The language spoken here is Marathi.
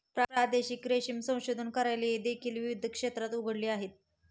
प्रादेशिक रेशीम संशोधन कार्यालये देखील विविध क्षेत्रात उघडली आहेत